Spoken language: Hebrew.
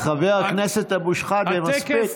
חבר הכנסת אבו שחאדה, מספיק.